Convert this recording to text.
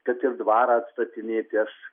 kad ir dvarą atstatinėti aš